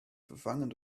vervangen